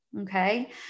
okay